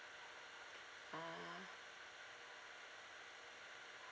ah